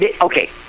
okay